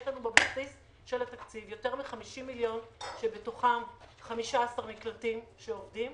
יש לנו בבסיס של התקציב יותר מ-50 מיליון שבתוכם 15 מקלטים שעובדים,